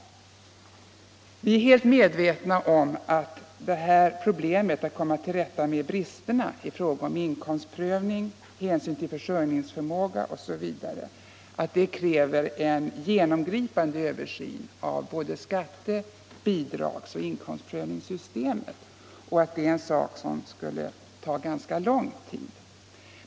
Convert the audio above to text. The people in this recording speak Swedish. Vi är medvetna om att problemet att komma till rätta med bristerna i fråga om inkomstprövning, hänsyn till försörjningsförmågan osv. kräver en genomgripande översyn av hela skatte-, bidragsoch inkomstprövningssystemet, och det är något som kommer att ta ganska lång tid.